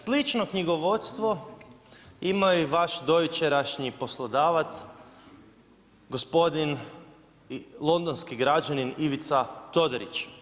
Slično knjigovodstvo imao je i vaš dojučerašnji poslodavac gospodin londonski građanin Ivica Todorić.